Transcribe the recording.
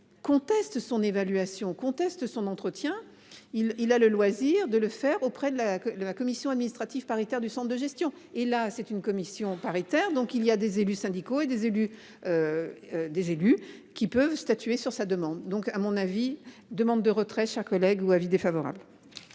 conteste son évaluation conteste son entretien il il a le loisir de le faire auprès de la que le la commission administrative paritaire du Centre de gestion et là c'est une commission paritaire, donc il y a des élus syndicaux et des élus. Des élus qui peuvent statuer sur sa demande donc à mon avis demande de retrait chers collègues ou avis défavorable.